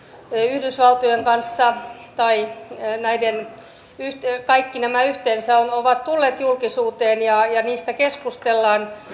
yhdysvaltojen kanssa tai kaikki nämä yhteensä ovat tulleet julkisuuteen ja ja niistä keskustellaan